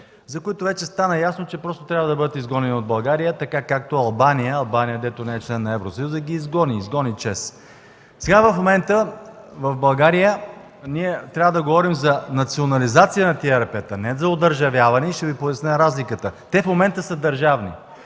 за които вече стана ясно, че трябва да бъдат изгонени от България, както направи Албания. Албания, която не е член на Евросъюза, ги изгони. Изгони ЧЕЗ. Сега в България трябва да говорим за национализация на тези ЕРП-та, а не за одържавяване. Ще Ви поясня разликата. Те в момента са държавни.